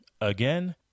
Again